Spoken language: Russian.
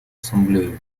ассамблею